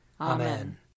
Amen